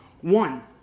One